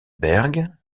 berg